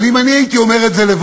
אם רק אני הייתי אומר את זה,